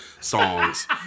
songs